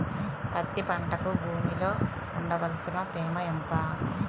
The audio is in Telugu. పత్తి పంటకు భూమిలో ఉండవలసిన తేమ ఎంత?